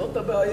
זאת הבעיה.